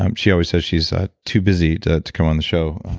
um she always says she's ah too busy to to come on the show.